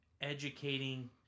educating